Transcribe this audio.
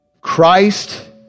Christ